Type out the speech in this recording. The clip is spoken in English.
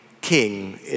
king